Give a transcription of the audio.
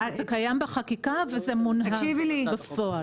זה קיים בחקיקה וזה מונהג בפועל.